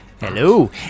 Hello